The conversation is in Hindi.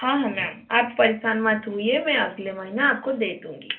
हाँ हाँ मैम आप परेशान मत होइए मैं अगले महीने आपको दे दूंगी